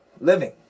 living